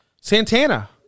Santana